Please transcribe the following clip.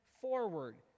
forward